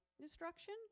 destruction